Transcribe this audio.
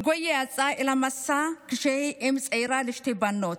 ארגויה יצאה אל המסע כשהיא אם צעירה לשתי בנות,